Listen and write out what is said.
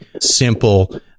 simple